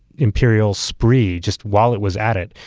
imperial spree, just, while it was at it,